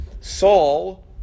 Saul